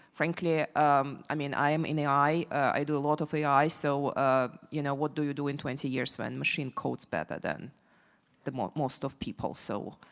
frankly um i mean i'm in ai. i do a lot of ai so ah you know, what do you do in twenty years when machine codes better than most most of people? so,